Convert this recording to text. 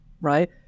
right